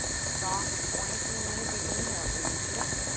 soft, buoyant in the knees. we inhale. reach it up.